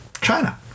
China